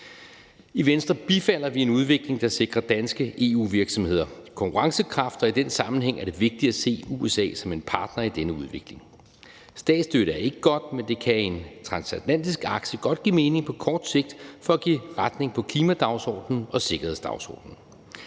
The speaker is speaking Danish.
I Venstre bifalder vi en udvikling, der sikrer danske EU-virksomheder konkurrencekraft, og i den sammenhæng er det vigtigt at se USA som en partner i denne udvikling. Statsstøtte er ikke godt, men det kan i en transatlantisk akse godt give mening på kort sigt for at give retning på klimadagsordenen og sikkerhedsdagsordenen.